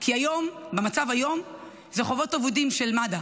כי היום, במצב היום, זה חובות אבודים של מד"א.